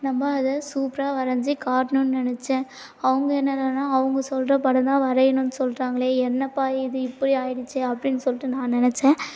நம்ம அதை சூப்பராக வரைஞ்சி காட்டணும்னு நினச்சேன் அவங்க என்னடான்னா அவங்க சொல்கிற படம் தான் வரையணும்னு சொல்லுறாங்களே என்னப்பா இது இப்படியாடுச்சி அப்படின்னு சொல்லிட்டு நான் நினச்சேன்